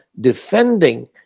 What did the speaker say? defending